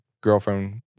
girlfriend